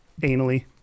anally